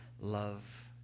love